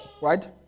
Right